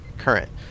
current